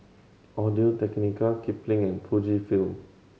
Audio Technica Kipling and Fujifilm